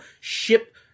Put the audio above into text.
ship